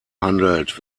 handelt